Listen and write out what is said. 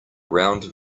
round